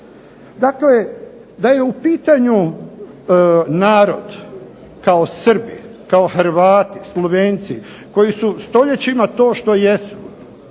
Dakle, da je u pitanju narod kao Srbi, kao Hrvati, Slovenci, koji su stoljećima to što jesu,